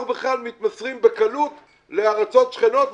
אנחנו בכלל מתמסרים בקלות לארצות שכנות,